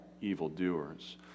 evildoers